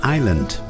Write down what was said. Island